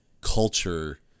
culture